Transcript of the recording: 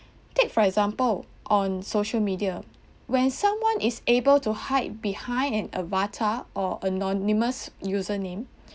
take for example on social media when someone is able to hide behind an avatar or anonymous user name